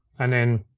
and then